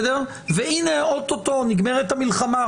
והנה אוטוטו נגמרת המלחמה,